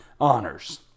honors